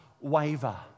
waver